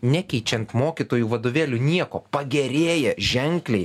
nekeičiant mokytojų vadovėlių nieko pagerėja ženkliai